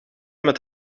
met